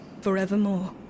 forevermore